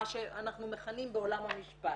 מה שאנחנו מכנים בעולם המשפט.